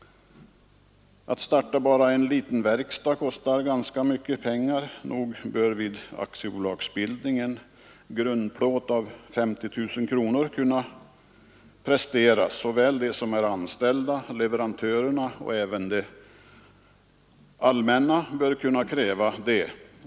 Att starta bara en liten verkstad kostar ganska mycket pengar. Nog bör vid aktiebolagsbildning en grundplåt på 50 000 kronor kunna presteras; såväl de som är anställda som leverantörerna och det allmänna bör kunna kräva det.